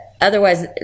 otherwise